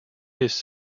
his